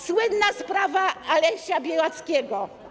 Słynna sprawa Alesia Bialackiego.